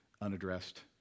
unaddressed